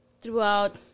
throughout